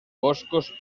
boscos